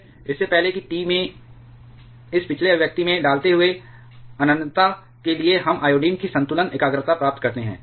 इससे पहले कि T में इस पिछले अभिव्यक्ति में डालते हुए अनन्तता के लिए हम आयोडीन की संतुलन एकाग्रता प्राप्त करते हैं